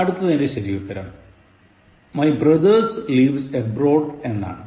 അടുത്തതിന്റെ ശരിയുതരം My brother lives abroad എന്നാണ്